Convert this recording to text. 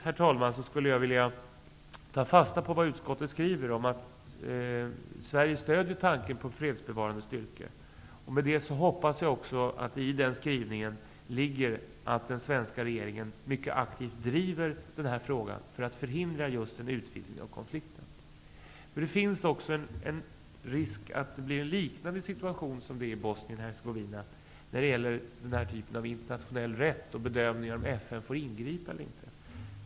Jag skulle avslutningsvis vilja ta fasta på vad utskottet skriver om att Sverige stödjer tanken med fredsbevarande styrkor. Med det hoppas jag att i den skrivningen ligger att den svenska regeringen mycket aktivt driver frågan för att förhindra en utvidgning av konflikten. Det finns också en risk att det blir en liknande situation som det är i Bosnien-Hercegovina när det gäller frågan om internationell rätt och bedömningen om FN får ingripa eller inte.